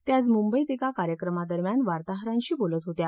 त्या आज मुंबईत एका कार्यक्रमादरम्यान वार्ताहरांशी बोलत होत्या